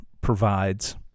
provides